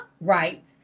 Right